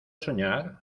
soñar